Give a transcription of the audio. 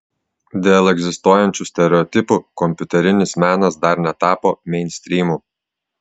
dėl egzistuojančių stereotipų kompiuterinis menas dar netapo meinstrymu